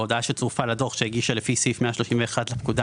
בהודעה שצורפה לדוחו שהגישה לפי סעיף 131 לפקודה